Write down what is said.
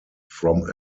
from